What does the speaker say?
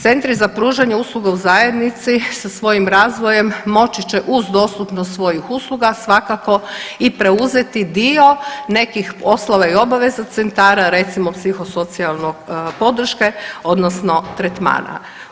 Centri za pružanje usluga u zajednici sa svojim razvojem moći će uz dostupnost svojih usluga svakako i preuzeti dio nekih poslova i obaveza centara, recimo psihosocijalne podrške odnosno tretmana.